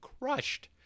crushed